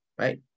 right